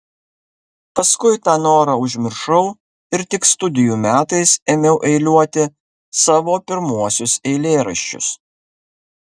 paskui tą norą užmiršau ir tik studijų metais ėmiau eiliuoti savo pirmuosius eilėraščius